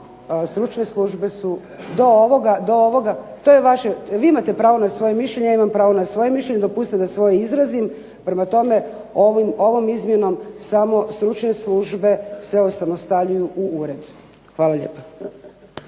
stručne službe su do ovoga, vi imate pravo na svoje mišljenje, ja imam pravo na svoje mišljenje, dopustite da svoje izrazim. Prema tome, ovom izmjenom samo stručne službe se osamostaljuju u ured. Hvala lijepa.